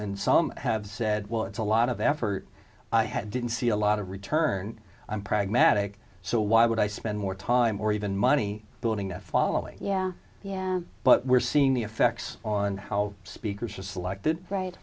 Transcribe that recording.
and some have said well it's a lot of effort i had didn't see a lot of return i'm pragmatic so why would i spend more time or even money building a following yeah yeah but we're seeing the effects on how speakers are selected right